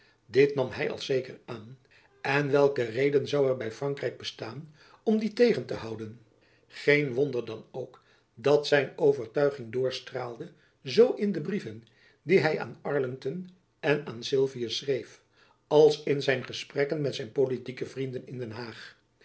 dit nam hy als zeker aan en welke reden zoû er by frankrijk bestaan om dien tegen te houden geen wonder dan ook dat zijn overtuiging doorstraalde zoo in de brieven die hy aan arlington en aan sylvius schreef als in zijn gesprekken met zijn politieke vrienden in den haag